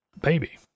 baby